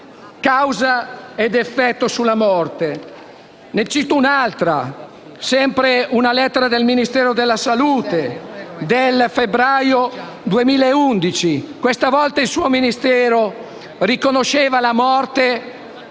causa ed effetto sulla morte. Cito un altro caso, riferendomi sempre a una lettera del Ministero della salute del febbraio 2011. Questa volta il suo Ministero riconosceva la morte,